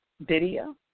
video